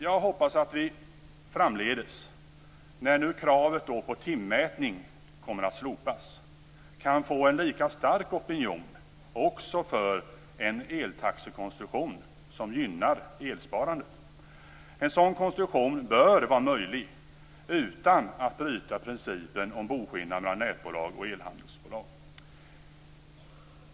Jag hoppas att vi framdeles, när nu kravet på timmätning kommer att slopas, kan få en lika stark opinion för en eltaxekonstruktion som gynnar elsparandet. En sådan konstruktion bör vara möjlig utan att man bryter principen om boskillnad mellan nätbolag och elhandelsbolag.